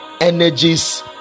energies